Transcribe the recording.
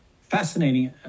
fascinating